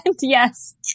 Yes